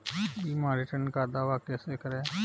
बीमा रिटर्न का दावा कैसे करें?